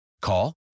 Call